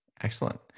Excellent